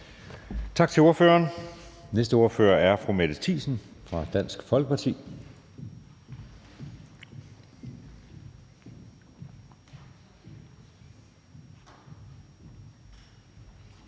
Tak til ordføreren. Næste ordfører er fru Mette Thiesen fra Dansk Folkeparti.